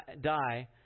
die